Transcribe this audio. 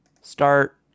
start